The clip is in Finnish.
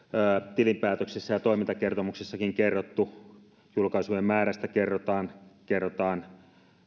tilinpäätöksessä ja toimintakertomuksessakin kerrottu julkaisujen määrästä kerrotaan kerrotaan